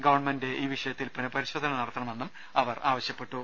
government ഈ വിഷയത്തിൽ പുനപരിശോധന നടത്തണമെന്നും ഭാരവാഹികൾ ആവശ്യപ്പെട്ടു